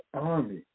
army